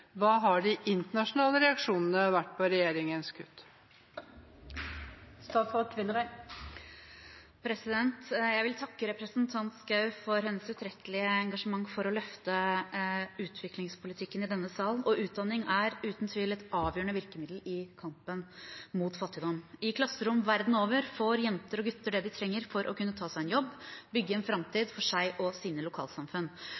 Hva har de internasjonale reaksjonene vært på regjeringens kutt? Jeg vil takke representanten Schou for hennes utrettelige engasjement for å løfte utviklingspolitikken i denne salen. Utdanning er uten tvil et avgjørende virkemiddel i kampen mot fattigdom. I klasserom verden over får jenter og gutter det de trenger for å kunne ta seg en jobb og bygge en